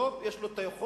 לרוב יש יכולת,